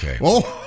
okay